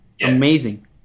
amazing